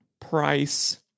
price